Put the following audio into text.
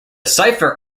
cipher